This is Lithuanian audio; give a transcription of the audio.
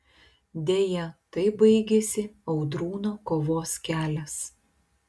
deja taip baigėsi audrūno kovos kelias